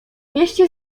mieście